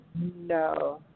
No